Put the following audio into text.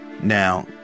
Now